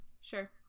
Sure